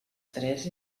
tres